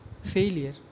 failure